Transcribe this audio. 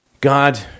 God